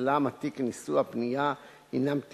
רצוני לשאול: 1. האם הפרטים נכונים?